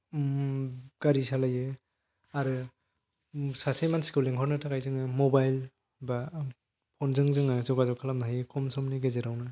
गारि सालायो आरो सासे मानसिखौ लिंहरनो थाखाय जोङो मबाइल एबा फन जों जोङो जगाजग खालामनो हायो खम समनि गेजेरावनो